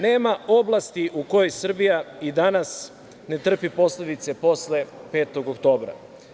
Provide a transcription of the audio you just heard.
Nema oblasti u kojoj Srbija i danas ne trpi posledice posle 5. oktobra.